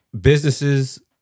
Businesses